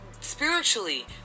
spiritually